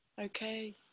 Okay